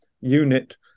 unit